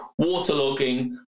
waterlogging